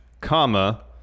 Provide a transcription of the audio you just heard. comma